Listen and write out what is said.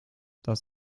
dass